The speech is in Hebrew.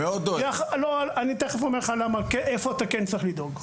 אני תכף אומר לך איפה אתה כן צריך לדאוג.